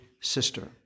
sister